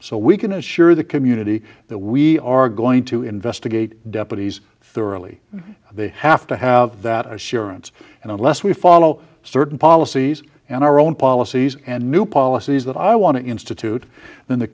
so we can assure the community that we are going to investigate deputies thoroughly they have to have that assurance and unless we follow certain policies and our own policies and new policies that i want to institute then the